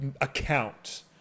account